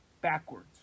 backwards